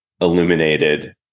illuminated